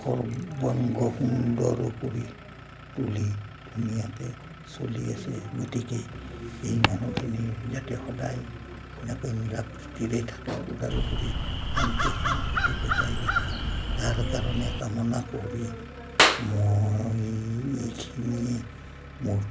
সৰ্বাংগ সুন্দৰ কৰি তুলি ধুনীয়াকৈ চলি আছে গতিকে এই মানুহখিনি যাতে সদায় এনেকৈ মিলা প্ৰীতিৰে থাকে ওদালগুৰি শান্তি সম্প্ৰীতি বজাই ৰাখে তাৰ কাৰণে কামনা কৰি মই এইখিনিয়ে মোৰ